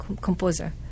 composer